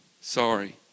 Sorry